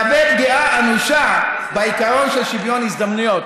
הוא מהווה פגיעה אנושה בעיקרון של שוויון הזדמנויות.